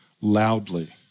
loudly